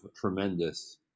tremendous